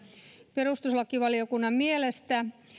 perustuslakivaliokunnan mielestä